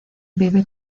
vive